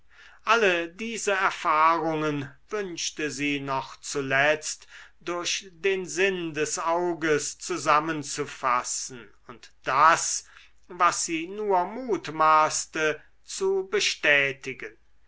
alle diese erfahrungen wünschte sie noch zuletzt durch den sinn des auges zusammenzufassen und das was sie nur mutmaßte zu bestätigen